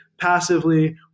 passively